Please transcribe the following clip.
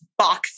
boxy